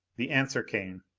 the answer came